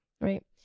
right